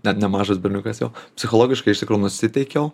net nemažas berniukas jau psichologiškai iš tikrųjų nusiteikiau